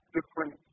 Different